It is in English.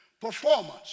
Performance